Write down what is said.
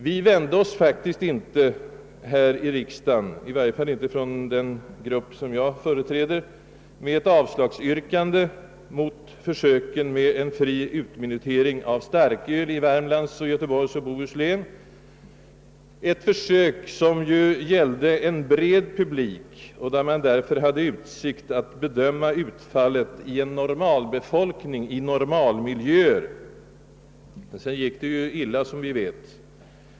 Vi vände oss faktiskt inte här i riksdagen, i varje fall gjorde ingen det från den grupp jag företräder, med ett avslagsyrkande mot försöken med fri utminutering av starköl i Värmlands och Göteborgs och Bohus län — ett försök som gällde en bred publik och där man således hade utsikt att bedöma ut fallet i en normalbefolkning i normala miljöer. Det gick sedan illa, som vi vet.